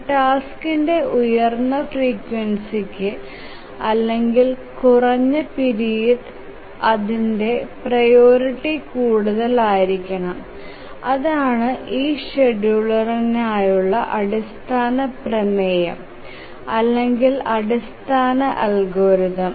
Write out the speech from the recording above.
ഒരു ടാസ്കിന്ടെ ഉയർന്ന ഫ്രീക്യുൻസിക് അല്ലെങ്കിൽ കുറഞ്ഞ പീരിയഡ്നു അതിന്ടെ പ്രിയോറിറ്റി കൂടുതൽ ആയിരിക്കണം അതാണ് ഈ ഷെഡ്യൂളറിനായുള്ള അടിസ്ഥാന പ്രമേയം അല്ലെങ്കിൽ അടിസ്ഥാന അൽഗോരിതം